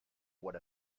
what